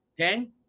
okay